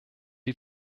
die